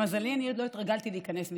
למזלי, אני עוד לא התרגלתי להיכנס משם.